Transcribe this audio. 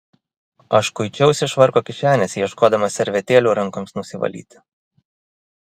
aš kuičiausi švarko kišenėse ieškodamas servetėlių rankoms nusivalyti